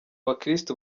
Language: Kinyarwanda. bakristu